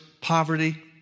poverty